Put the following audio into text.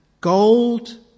gold